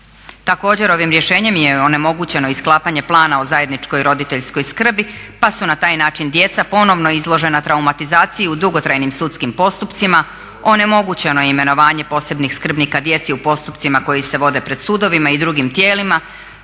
Također ovim rješenjem je onemogućeno i sklapanje plana o zajedničkoj roditeljskoj skrbi, pa su na taj način djeca ponovno izložena traumatizaciji u dugotrajnim sudskim postupcima, onemogućeno je imenovanje posebnih skrbnika djeci u postupcima koji se vode pred sudovima i drugim tijelima,